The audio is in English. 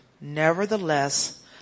Nevertheless